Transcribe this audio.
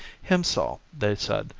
hiempsal, they said,